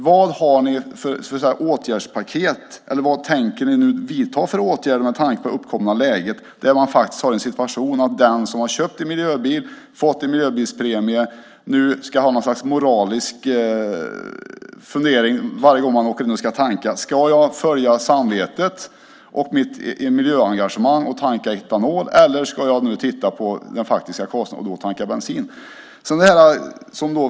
Vad tänker ni vidta för åtgärder med tanke på det uppkomna läget att den som har köpt en miljöbil och fått en miljöbilspremie nu ska ha något slags moralisk fundering varje gång han eller hon ska tanka: Ska jag följa samvetet och mitt miljöengagemang och tanka etanol eller ska jag titta på den faktiska kostnaden och då tanka bensin?